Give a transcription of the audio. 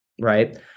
right